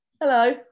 Hello